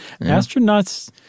Astronauts